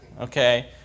Okay